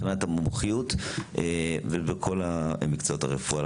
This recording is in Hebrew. מבחינת המומחיות ובכל מקצועות הרפואה.